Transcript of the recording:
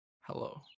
Hello